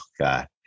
God